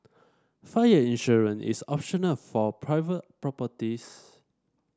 fire insurance is optional for private properties